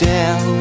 Down